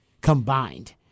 combined